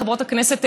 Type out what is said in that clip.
חברות הכנסת,